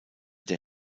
der